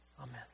Amen